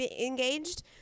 engaged